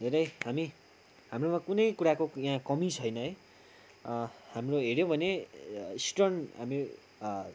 धेरै हामी हाम्रोमा कुनै कुराको यहाँ कमी छैन है हाम्रो हेऱ्यौँ भने स्टोन हामी